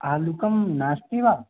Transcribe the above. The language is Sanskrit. आलुकं नास्ति वा